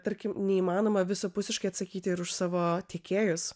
tarkim neįmanoma visapusiškai atsakyti ir už savo tiekėjus